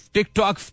TikTok।